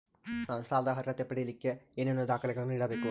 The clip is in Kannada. ನಾನು ಸಾಲದ ಅರ್ಹತೆ ಪಡಿಲಿಕ್ಕೆ ಏನೇನು ದಾಖಲೆಗಳನ್ನ ನೇಡಬೇಕು?